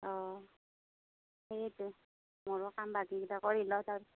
অঁ সেইটো মোৰো কাম বাকিকেইটা কৰি লওঁ তাৰ